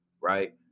right